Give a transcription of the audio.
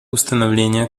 установления